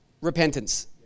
Repentance